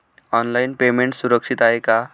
Online payment सुरक्षित आहे का?